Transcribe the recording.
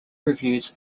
reviews